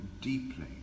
deeply